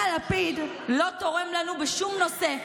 אתה, לפיד, לא תורם לנו בשום נושא,